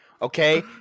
Okay